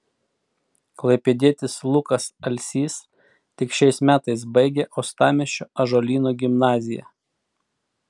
klaipėdietis lukas alsys tik šiais metais baigė uostamiesčio ąžuolyno gimnaziją